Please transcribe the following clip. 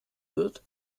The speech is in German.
wird